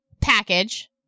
package